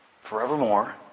forevermore